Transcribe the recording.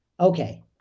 Okay